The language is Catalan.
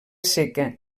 seca